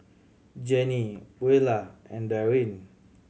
Jenny Beulah and Darin